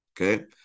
okay